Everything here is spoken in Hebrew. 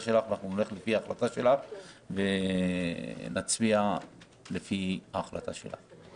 של הוועדה הציבורית ונלך לפיה ונצביע לפי ההחלטה שלה.